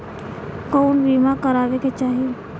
कउन बीमा करावें के चाही?